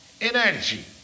energy